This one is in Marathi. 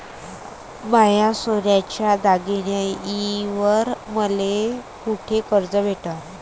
माया सोन्याच्या दागिन्यांइवर मले कुठे कर्ज भेटन?